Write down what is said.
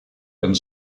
and